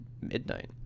midnight